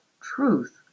truth